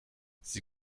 sie